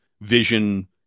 Vision